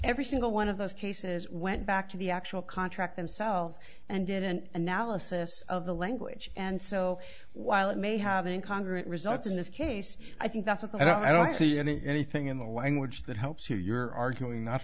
every single one of those cases went back to the actual contract themselves and did an analysis of the language and so while it may have been in congress results in this case i think that's it i don't see anything in the language that helps you you're arguing not